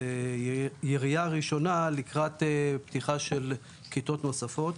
זה ירייה ראשונה לקראת פתיחה של כיתות נוספות.